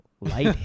light